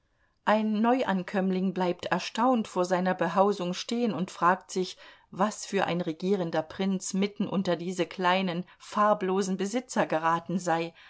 ein neuankömmling bleibt erstaunt vor seiner behausung stehen und fragt sich was für ein regierender prinz mitten unter diese kleinen farblosen besitzer geraten sei